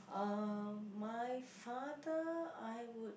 uh my father I would